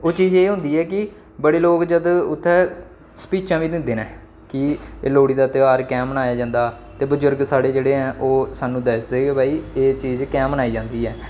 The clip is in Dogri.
ओह् चीज एह् होंदी ऐ कि बड़े लोक जद् उत्थें स्पीचां बी दिंदे न कि लोह्ड़ी दा त्यहार कैंह् मनाया जंदा ते बजुर्ग साढ़े जेह्ड़े ऐ ओह् सानूं दसदे कि भाई एह् चीज कैंह् मनाई जंदी ऐ